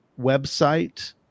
website